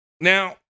Now